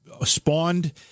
spawned